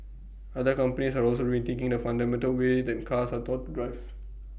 other companies are also rethinking the fundamental way that cars are taught drive